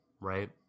right